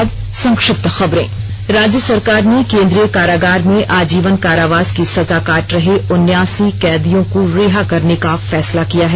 और संक्षिप्त खबरें राज्य सरकार ने केंद्रीय कारागार में आजीवन कारावास की सजा काट रहे उन्यासी कैदियों को रिहा करने का फैसला लिया है